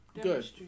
Good